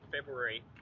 February